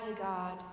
God